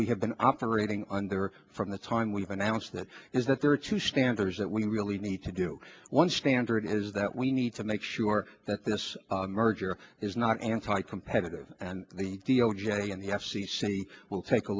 we have been operating under from the time we've announced that is that there are two standards that we really need to do one standard is that we need to make sure that this merger is not anti competitive and the d o j and the f c c will take a